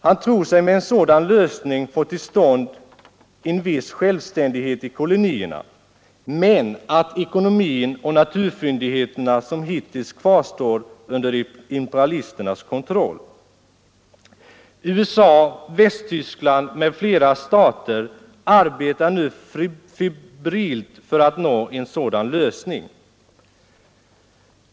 Han tror sig med en sådan lösning få till stånd en viss självständighet i kolonierna, medan ekonomin och naturfyndigheterna som hittills kvarstår under imperialisternas kontroll. USA, Västtyskland m.fl. stater arbetar nu febrilt för att nå en sådan lösning.